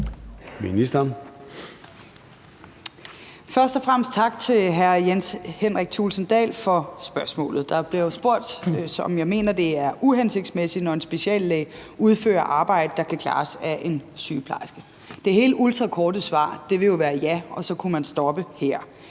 Løhde): Først og fremmest tak til hr. Jens Henrik Thulesen Dahl for spørgsmålet. Der bliver spurgt, om jeg mener, det er uhensigtsmæssigt, når en speciallæge udfører arbejde, der kan klares af en sygeplejerske. Det helt ultrakorte svar vil jo være ja – og så kunne man stoppe her.